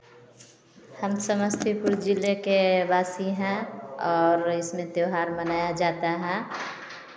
हम समस्तीपुर जिले के वासी हैं और इसमें त्योहार मनाया जाता है